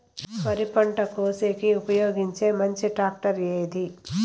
వరి పంట కోసేకి ఉపయోగించే మంచి టాక్టర్ ఏది?